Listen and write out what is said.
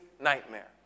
nightmare